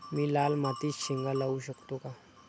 मी लाल मातीत शेंगा लावू शकतो का?